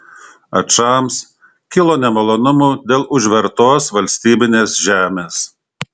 ačams kilo nemalonumų dėl užtvertos valstybinės žemės